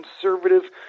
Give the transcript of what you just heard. conservative